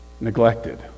neglected